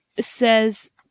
says